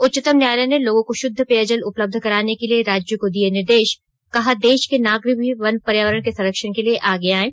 उच्चतम न्यायालय ने लोगों को शुद्ध पेयजल उपलब्ध कराने के लिए राज्यों को दिया निर्देश त् कहा देश के नागरिक भी वन पर्यावरण के संरक्षण के लिए आगे आयें